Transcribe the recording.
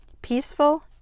Peaceful